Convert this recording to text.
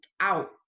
out